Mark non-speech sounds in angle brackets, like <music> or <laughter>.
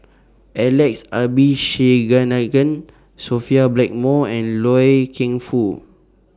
Alex <unintelligible> Sophia Blackmore and Loy Keng Foo